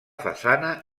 façana